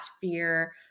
fear